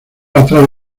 atrás